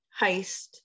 heist